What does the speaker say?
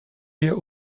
wir